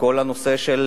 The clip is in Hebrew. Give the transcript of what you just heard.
בכל הנושא של